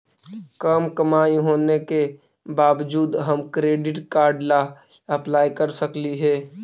कम कमाई होने के बाबजूद हम क्रेडिट कार्ड ला अप्लाई कर सकली हे?